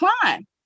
climb